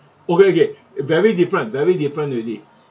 okay okay very different very different already